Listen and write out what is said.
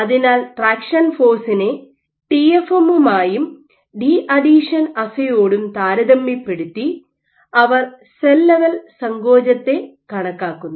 അതിനാൽ ട്രാക്ഷൻ ഫോഴ്സിനെ ടിഎഫ്എമ്മുമായും ഡീഅഥീഷൻ അസ്സേയോടും താരതമ്യപ്പെടുത്തി അവർ സെൽ ലെവൽ സങ്കോചത്തെ കണക്കാക്കുന്നു